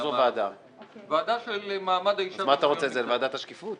מה אתה רוצה את זה, לוועדת השקיפות?